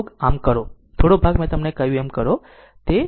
આ ભાગ થોડો મેં તમને કહ્યું થોડુંક તમે કરો